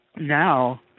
now